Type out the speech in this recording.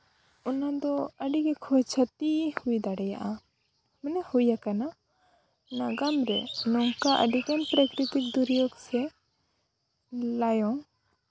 ᱚᱱᱟᱫᱚ ᱟᱹᱰᱤᱜᱮ ᱠᱷᱚᱭ ᱠᱷᱚᱛᱤ ᱦᱩᱭ ᱫᱟᱲᱮᱭᱟᱜᱼᱟ ᱢᱟᱱᱮ ᱦᱩᱭ ᱠᱟᱱᱟ ᱱᱟᱜᱟᱢ ᱨᱮ ᱱᱚᱝᱠᱟ ᱟᱹᱰᱤᱜᱟᱱ ᱯᱨᱟᱠᱨᱤᱛᱤᱠ ᱫᱩᱨᱡᱳᱜᱽ ᱥᱮ ᱞᱟᱭᱚᱝ